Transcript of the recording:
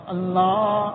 Allah